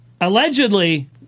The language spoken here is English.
Allegedly